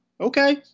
Okay